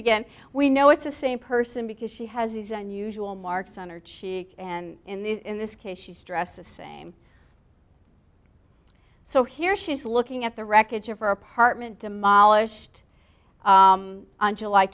again we know it's the same person because she has these unusual marks on her cheek and in this case she's dressed the same so here she's looking at the wreckage of her apartment demolished on july